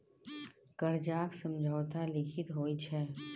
करजाक समझौता लिखित होइ छै